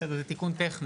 זה תיקון טכני.